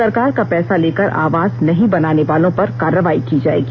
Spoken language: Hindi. सरकार का पैसा लेकर आवास नहीं बनानेवालों पर कार्रवाई की जाएगी